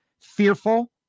fearful